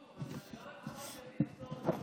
חברים יקרים,